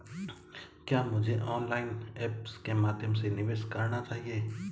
क्या मुझे online apps के माध्यम से निवेश करना चाहिए?